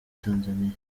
tanzania